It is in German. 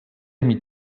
mit